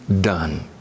done